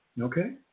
Okay